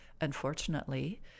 Unfortunately